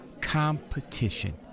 competition